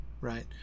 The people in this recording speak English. right